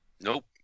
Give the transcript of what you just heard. Nope